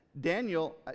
Daniel